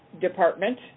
department